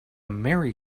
merry